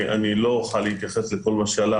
לא אוכל להתייחס לכל מה שעלה,